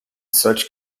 such